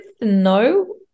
no